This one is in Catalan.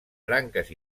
branques